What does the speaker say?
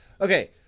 Okay